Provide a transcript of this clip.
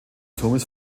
turmes